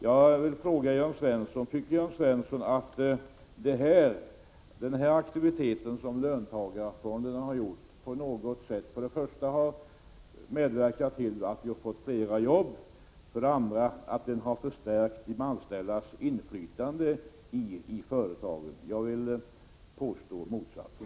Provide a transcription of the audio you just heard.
Jag frågar Jörn Svensson: Tycker Jörn Svensson att fondernas aktivitet på något sätt för det första medverkat till att vi fått fler jobb, för det andra förstärkt de anställdas inflytande i företagen? Jag vill påstå motsatsen.